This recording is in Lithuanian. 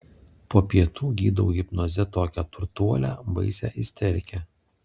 po pietų gydau hipnoze tokią turtuolę baisią isterikę